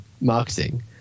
marketing